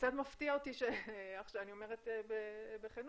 אומרת בכנות,